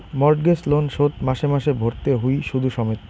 mortgage loan শোধ মাসে মাসে ভরতে হই শুধ সমেত